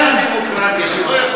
זאת הדמוקרטיה.